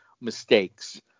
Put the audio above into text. mistakes